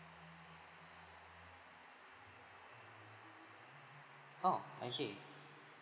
oh I see